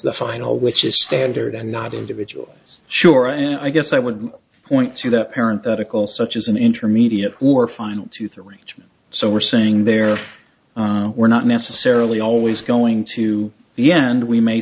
the final which is standard and not individual sure and i guess i would point to that parent article such as an intermediate or final two three so we're saying there were not necessarily always going to the end we may